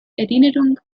erinnerung